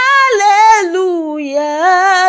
Hallelujah